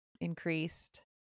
increased